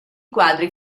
quadri